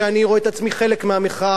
שאני רואה את עצמי חלק מהמחאה,